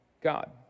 God